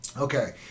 Okay